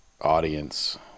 audience